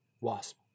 Wasp